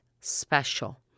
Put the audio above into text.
special